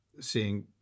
seeing